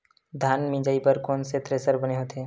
धान मिंजई बर कोन से थ्रेसर बने होथे?